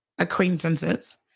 acquaintances